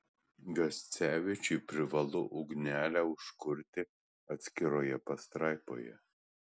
gascevičiui privalu ugnelę užkurti atskiroje pastraipoje